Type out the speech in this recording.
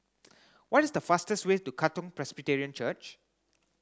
what is the fastest way to Katong Presbyterian Church